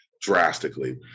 drastically